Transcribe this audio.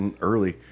early